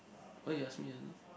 what you ask me just now